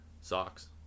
socks